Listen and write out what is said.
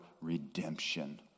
redemption